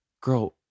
Girl